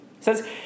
says